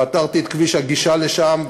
פתרתי את כביש הגישה לשם,